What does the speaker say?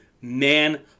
man